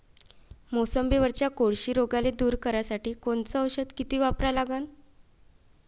मोसंबीवरच्या कोळशी रोगाले दूर करासाठी कोनचं औषध किती वापरा लागन?